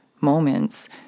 moments